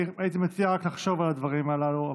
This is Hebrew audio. אני הייתי מציע רק לחשוב על הדברים הללו,